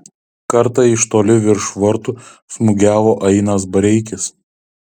kartą iš toli virš vartų smūgiavo ainas bareikis